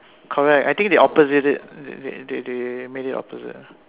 correct I think they opposite it they they they made it opposite lah